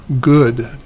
good